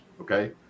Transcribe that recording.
okay